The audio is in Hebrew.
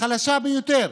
החלשה ביותר.